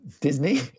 Disney